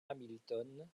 hamilton